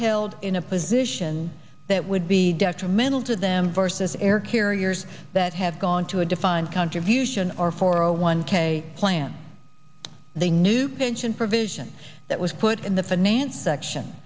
held in a position that would be detrimental to them versus air carriers that have gone to a defined contribution or four hundred one k plan the new pension provision that was put in the finance section